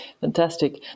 Fantastic